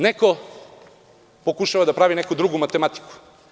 Neko pokušava da pravi neku drugu matematiku.